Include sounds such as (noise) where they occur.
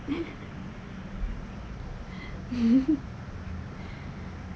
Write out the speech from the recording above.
(laughs)